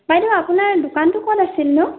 বাইদেউ আপোনাৰ দোকানটো ক'ত আছিলনো